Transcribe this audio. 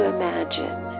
imagine